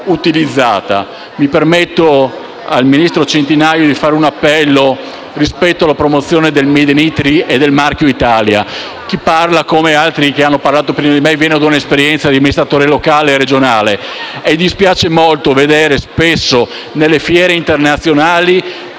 un appello al ministro Centinaio rispetto alla promozione del *made in Italy* e del marchio Italia. Chi parla, come altri che hanno parlato prima di me, viene da un'esperienza come amministratore locale e regionale; dispiace molto vedere spesso, nelle fiere internazionali,